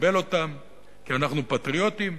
ולקבל אותם כי אנחנו פטריוטים.